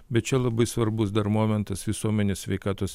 bet čia labai svarbus dar momentas visuomenės sveikatos